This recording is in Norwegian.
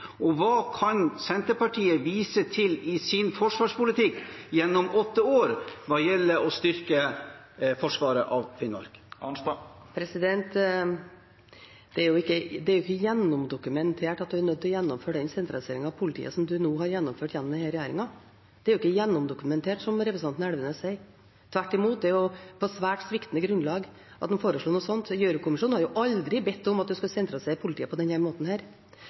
og hva kan Senterpartiet vise til, med hensyn til sin forsvarspolitikk gjennom åtte år, når det gjelder å styrke forsvaret av Finnmark? Det er ikke gjennomdokumentert at en er nødt til å gjennomføre den sentraliseringen av politiet som denne regjeringen nå har gjennomført. Det er ikke gjennomdokumentert, slik som representanten Elvenes sier. Tvert imot: Det er på et svært sviktende grunnlag at dette er foreslått. Gjørv-kommisjonen har aldri bedt om at en skulle sentralisere politiet på denne måten